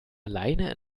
alleine